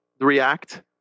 react